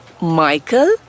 Michael